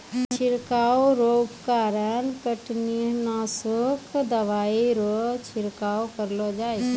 छिड़काव रो उपकरण कीटनासक दवाइ रो छिड़काव करलो जाय छै